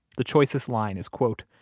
the choicest line is, quote,